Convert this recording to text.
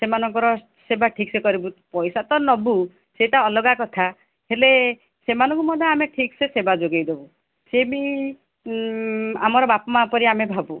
ସେମାନଙ୍କର ସେବା ଠିକ୍ ସେ କରିବୁ ପଇସା ତ ନେବୁ ସେଇଟା ଅଲଗା କଥା ହେଲେ ସେମାନଙ୍କୁ ମଧ୍ୟ ଆମେ ଠିକ୍ ସେ ସେବା ଯୋଗାଇ ଦବୁ ସିଏ ବି ଆମର ବାପା ମାଆ ପରି ଆମେ ଭାବୁ